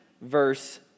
verse